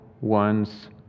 ones